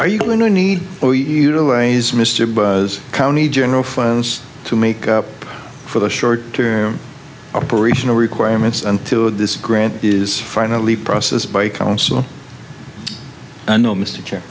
are you going to need or utilize mr buzz county general funds to make up for the short term operational requirements until this grant is finally process by counsel and no mr chair